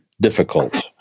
difficult